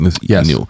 yes